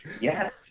yes